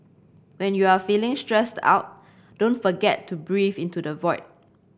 when you are feeling stressed out don't forget to breathe into the void